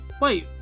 Wait